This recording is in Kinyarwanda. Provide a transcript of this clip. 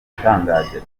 itangaje